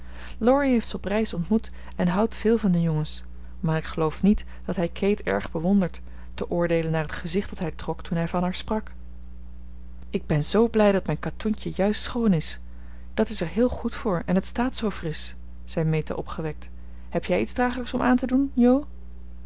heeft ze op reis ontmoet en houdt veel van de jongens maar ik geloof niet dat hij kate erg bewondert te oordeelen naar het gezicht dat hij trok toen hij van haar sprak ik ben zoo blij dat mijn katoentje juist schoon is dat is er heel goed voor en het staat zoo frisch zei meta opgewekt heb jij iets dragelijks om aan te doen jo